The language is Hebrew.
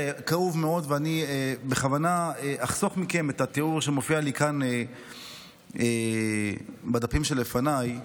אני בכוונה אחסוך מכם את התיאור שמופיע לי כאן בדפים שלפניי.